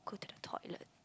go to the toilet